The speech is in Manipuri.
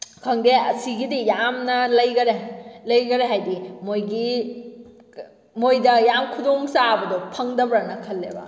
ꯈꯪꯗꯦ ꯁꯤꯒꯤꯗꯤ ꯌꯥꯝꯅ ꯂꯩꯈꯔꯦ ꯂꯩꯈꯔꯦ ꯍꯥꯏꯗꯤ ꯃꯣꯏꯒꯤ ꯃꯣꯏꯗ ꯌꯥꯝ ꯈꯨꯗꯣꯡ ꯆꯥꯕꯗꯣ ꯐꯪꯗꯕ꯭ꯔꯅ ꯈꯜꯂꯦꯕ